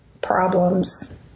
problems